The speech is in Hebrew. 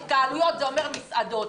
התקהלויות זה מסעדות.